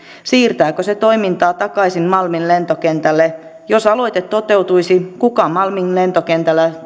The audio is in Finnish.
siirtääkö se toimintaa takaisin malmin lentokentälle ja jos aloite toteutuisi kuka malmin lentokentällä